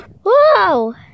Whoa